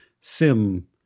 sim